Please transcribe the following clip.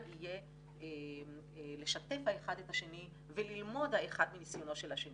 יהיה לשתף האחד את השני וללמוד האחד מניסיונו של השני.